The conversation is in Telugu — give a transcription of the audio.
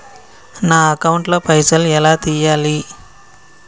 నా అకౌంట్ ల పైసల్ ఎలా తీయాలి?